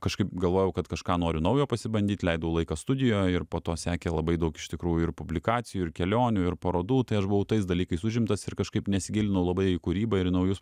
kažkaip galvojau kad kažką noriu naujo pasibandyt leidau laiką studijoj ir po to sekė labai daug iš tikrųjų ir publikacijų ir kelionių ir parodų tai aš buvau tais dalykais užimtas ir kažkaip nesigilinau labai į kūrybą ir naujus